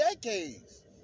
decades